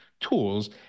tools